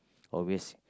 always